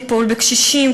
טיפול בקשישים,